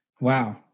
Wow